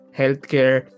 healthcare